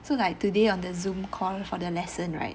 so like today on the Zoom call for the lesson right